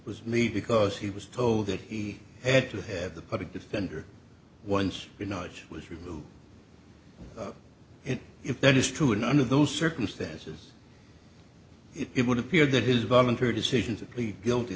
was because he was told that he had to have the public defender once your knowledge was read and if that is true and under those circumstances it would appear that his voluntary decision to plead guilty